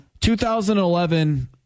2011